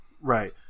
Right